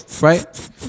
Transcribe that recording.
right